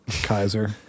Kaiser